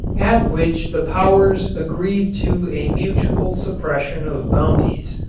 at which the powers agreed to a mutual suppression of bounties.